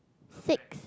six